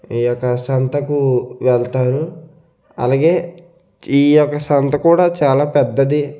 ఈ యొక్క సంతకు వెళ్తారు అలాగే ఈ యొక్క సంత కూడా చాలా పెద్దది